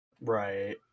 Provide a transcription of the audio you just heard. Right